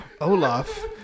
Olaf